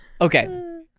okay